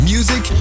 Music